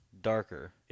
darker